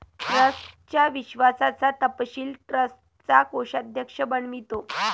ट्रस्टच्या विश्वासाचा तपशील ट्रस्टचा कोषाध्यक्ष बनवितो